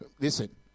Listen